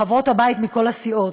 חברות הבית מכול הסיעות: